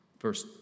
Verse